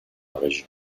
région